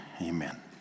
Amen